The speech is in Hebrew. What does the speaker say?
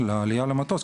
לעלייה למטוס,